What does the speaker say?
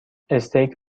استیک